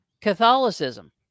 Catholicism